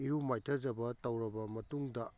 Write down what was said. ꯏꯔꯨ ꯃꯥꯏꯊꯖꯕ ꯇꯧꯔꯕ ꯃꯇꯨꯡꯗ